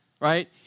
right